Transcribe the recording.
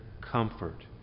comfort